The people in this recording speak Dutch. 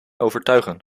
overtuigen